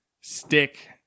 stick